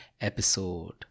episode